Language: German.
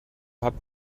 hat